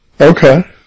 Okay